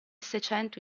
seicento